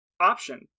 option